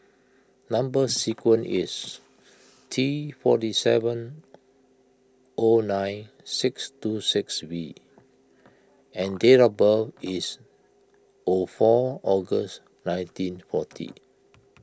Number Sequence is T forty seven O nine six two six V and date of birth is O four August nineteen forty